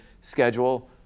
schedule